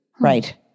Right